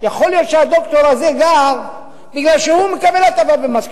יכול להיות שהדוקטור הזה גר בגלל שהוא מקבל הטבה במס,